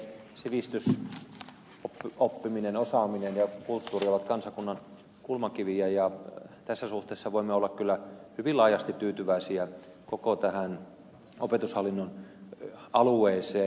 sivistys oppiminen osaaminen ja kulttuuri ovat kansakunnan kulmakiviä ja tässä suhteessa voimme olla kyllä hyvin laajasti tyytyväisiä koko tähän opetushallinnon alueeseen